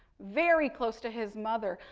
very close to his mother.